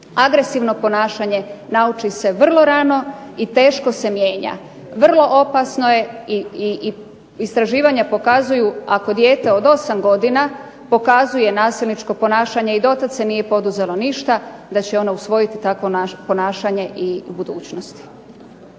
Agresivno ponašanje nauči se vrlo rano i teško se mijenja. Vrlo opasno je i istraživanja pokazuju ako dijete od osam godina pokazuje nasilničko ponašanje i do tada se nije poduzelo ništa da će ono usvojiti takvo ponašanje i u budućnosti.